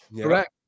Correct